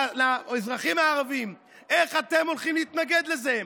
לאזרחים הערבים, איך אתם הולכים להתנגד לזה?